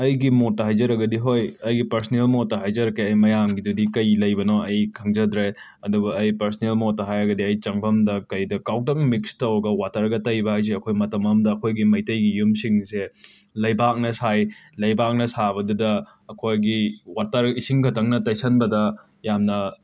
ꯑꯩꯒꯤ ꯃꯣꯠꯇ ꯍꯥꯏꯖꯔꯒꯗꯤ ꯍꯣꯏ ꯑꯩꯒꯤ ꯄꯥꯔꯁꯅꯦꯜ ꯃꯣꯠꯇ ꯍꯥꯏꯖꯔꯛꯀꯦ ꯑꯩ ꯃꯌꯥꯝꯒꯤꯗꯨꯗꯤ ꯀꯩ ꯂꯩꯕꯅꯣ ꯑꯩ ꯈꯪꯖꯗ꯭ꯔꯦ ꯑꯗꯨꯒ ꯑꯩ ꯄꯔꯁꯅꯦꯜ ꯃꯣꯠꯇ ꯍꯥꯏꯔꯒꯗꯤ ꯑꯩ ꯆꯪꯕꯝꯗ ꯀꯩꯗ ꯀꯥꯎꯗꯪ ꯃꯤꯛꯁ ꯇꯧꯔꯒ ꯋꯥꯇꯔꯒ ꯇꯩꯕ ꯍꯥꯏꯕꯁꯤ ꯃꯇꯝ ꯑꯃꯗ ꯑꯈꯣꯏꯒꯤ ꯃꯩꯇꯩꯒꯤ ꯌꯨꯝꯁꯤꯡꯁꯦ ꯂꯩꯕꯥꯛꯅ ꯁꯥꯏ ꯂꯩꯕꯥꯛꯅ ꯁꯥꯕꯗꯨꯗ ꯑꯈꯣꯏꯒꯤ ꯋꯥꯇꯔ ꯏꯁꯤꯡꯈꯛꯇꯪꯅ ꯇꯩꯁꯟꯕꯗ ꯌꯥꯝꯅ